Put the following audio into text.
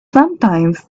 sometimes